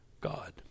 God